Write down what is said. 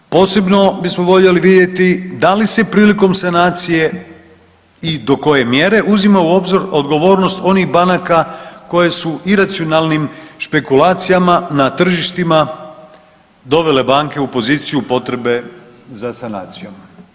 Posebno bismo voljeli vidjeti da li se prilikom sanacije i do koje mjere uzima u obzir odgovornost onih banaka koje su iracionalnim špekulacijama na tržištima dovele banke u poziciju potrebe za sanacijom.